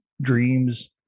dreams